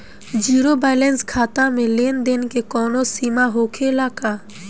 Zero balance खाता में लेन देन के कवनो सीमा होखे ला का?